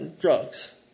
drugs